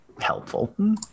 helpful